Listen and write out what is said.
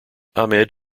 ahmed